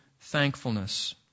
thankfulness